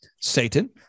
Satan